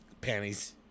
panties